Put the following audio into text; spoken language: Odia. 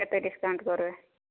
କେତେ ଡିସ୍କାଉଣ୍ଟ୍ କରିବେ